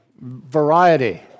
variety